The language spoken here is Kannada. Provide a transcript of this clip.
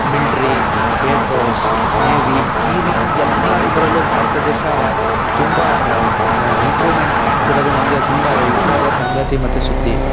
ಮಿಲ್ಟ್ರಿ ಏರ್ಫೋರ್ಸ್ ನೇವಿ ಈ ರೀತಿ ಎಲ್ಲ ಇದರಲ್ಲೂ ಭಾರತ ದೇಶ ತುಂಬ ಇಂಪ್ರೂವ್ಮೆಂಟ್ ಕಾಣ್ತಿರೋದು ನನಗೆ ತುಂಬ ಇಷ್ಟವಾದ ಸಂಗತಿ ಮತ್ತು ಸುದ್ದಿ